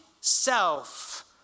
self